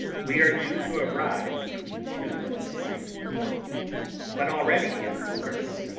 we are due to arrive between two and three in the morning but already, at bucharest,